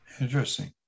Interesting